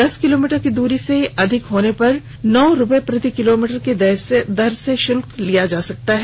दस किलोमीटर की दूरी से अधिक होने पर नौ रुपये प्रति किलोमीटर की दर से शुल्क लिया जा सकता है